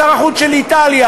לשר החוץ של איטליה,